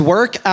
Work